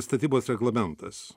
statybos reglamentas